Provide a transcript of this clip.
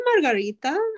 margarita